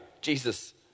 Jesus